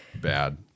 bad